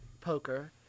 poker